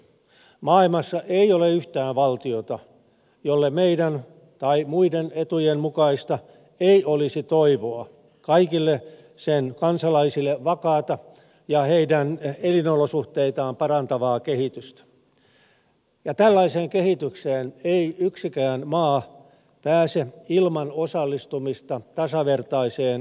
maailmassa ei ole yhtään valtiota jolle meidän tai muiden etujen mukaista ei olisi toivoa kaikille sen kansalaisille vakaata ja heidän elinolosuhteitaan parantavaa kehitystä ja tällaiseen kehitykseen ei yksikään maa pääse ilman osallistumista tasavertaiseen kansainväliseen yhteistyöhön